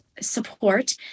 support